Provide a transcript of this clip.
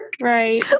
Right